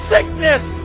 Sickness